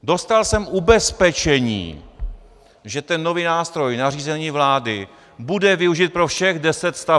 Dostal jsem ubezpečení, že ten nový nástroj, nařízení vlády, bude využit pro všech deset staveb.